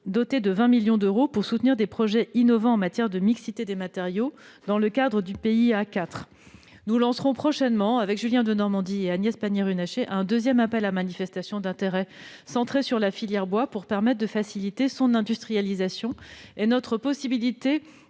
doté de 20 millions d'euros, pour soutenir des projets innovants favorisant la mixité des matériaux, dans le cadre du PIA4. Nous ouvrirons prochainement, avec Julien Denormandie et Agnès Pannier-Runacher, un deuxième appel à manifestation d'intérêt centré sur la filière bois, pour faciliter son industrialisation et un développement